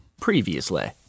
Previously